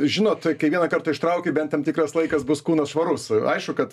žinot kai vieną kartą ištrauki bent tam tikras laikas bus kūnas švarus aišku kad